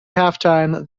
halftime